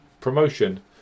promotion